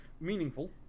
meaningful